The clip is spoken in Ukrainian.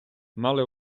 мали